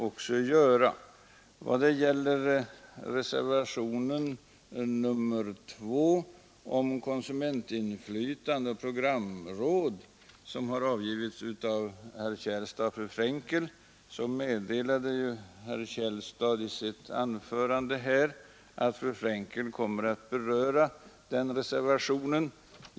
Beträffande reservationen 2 — om konsumentinflytande och programråd — av herr Källstad och fru Frenkel meddelade herr Källstad att fru Frenkel kommer att beröra den.